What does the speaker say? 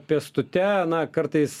pėstute na kartais